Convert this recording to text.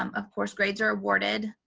um of course grades are awarded,